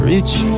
Reach